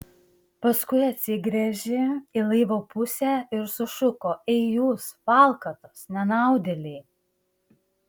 paskui atsigręžė į laivo pusę ir sušuko ei jūs valkatos nenaudėliai